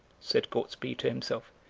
said gortsby to himself.